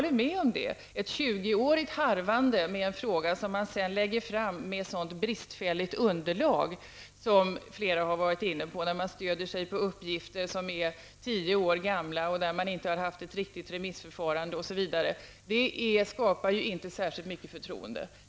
Ett 20-årigt harvande med en fråga som man sedan lägger fram med ett så bristfälligt underlag, vilket flera har varit inne på, där man stöder sig på uppgifter som är tio år gamla och man inte har genomfört ett riktigt remissförfarande osv., skapar inte särskilt mycket förtroende.